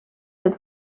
had